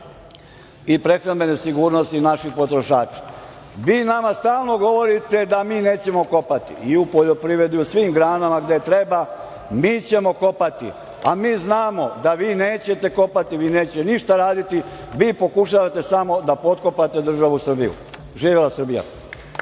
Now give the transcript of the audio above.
i prehrambene sigurnosti naših potrošača. Vi nama stalno govorite da mi nećemo kopati. I u poljoprivredi, i u svim granama gde treba, mi ćemo kopati. Mi znamo da vi nećete kopati. Vi nećete ništa raditi. Vi pokušavate samo da potkopate državu Srbiju. Živela Srbija.